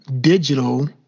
digital